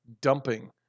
dumping